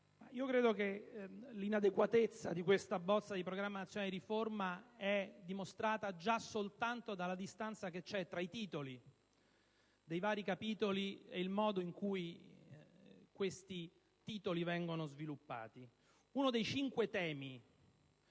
io credo che l'inadeguatezza di questa bozza di Programma di riforma sia dimostrata già soltanto dalla distanza esistente tra i titoli dei vari capitoli e il modo in cui questi titoli vengono sviluppati. Uno dei cinque temi